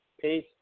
peace